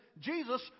Jesus